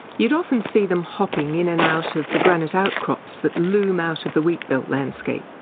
you'd often see them hopping in and out of the granite outcrops that loom out of the wheat belt landscape,